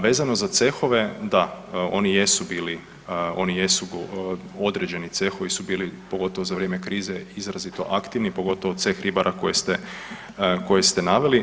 Vezano za cehove da, oni jesu bili, oni jesu određeni cehovi su bili pogotovo za vrijeme krize izrazito aktivni pogotovo ceh ribara koje ste naveli.